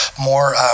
more